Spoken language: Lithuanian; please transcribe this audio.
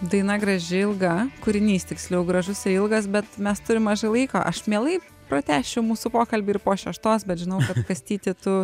daina graži ilga kūrinys tiksliau gražus ilgas bet mes turim mažai laiko aš mielai pratęsčiau mūsų pokalbį ir po šeštos bet žinau kastyti tu